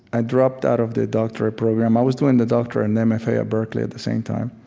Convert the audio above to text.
i dropped out of the doctorate program i was doing the doctorate and mfa at berkeley at the same time.